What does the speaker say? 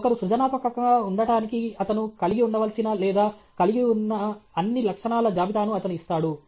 ఒకరు సృజనాత్మకంగా ఉండటానికి అతను కలిగి ఉండవలసిన లేదా కలిగి ఉన్న అన్ని లక్షణాల జాబితాను అతను ఇస్తాడు